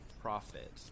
profit